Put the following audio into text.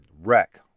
wreck